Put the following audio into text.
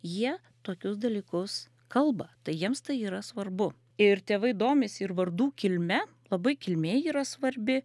jie tokius dalykus kalba tai jiems tai yra svarbu ir tėvai domisi ir vardų kilme labai kilmė yra svarbi